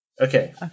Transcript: Okay